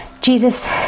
jesus